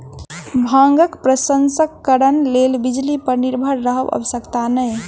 भांगक प्रसंस्करणक लेल बिजली पर निर्भर रहब आवश्यक नै